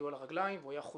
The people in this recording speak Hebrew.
היו על הרגליים והוא היה חוזר.